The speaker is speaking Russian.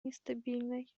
нестабильной